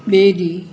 ॿेड़ी